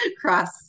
cross